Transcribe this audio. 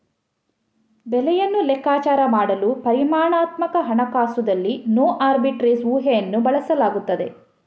ಬೆಲೆಯನ್ನು ಲೆಕ್ಕಾಚಾರ ಮಾಡಲು ಪರಿಮಾಣಾತ್ಮಕ ಹಣಕಾಸುದಲ್ಲಿನೋ ಆರ್ಬಿಟ್ರೇಜ್ ಊಹೆಯನ್ನು ಬಳಸಲಾಗುತ್ತದೆ